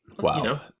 Wow